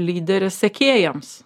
lyderis sekėjams